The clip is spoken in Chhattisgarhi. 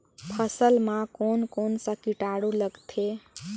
फसल मा कोन कोन सा कीटाणु लगथे?